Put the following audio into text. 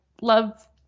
love